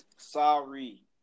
Sorry